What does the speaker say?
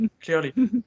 clearly